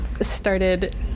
started